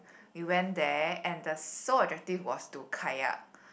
we went there and the sole objective was to kayak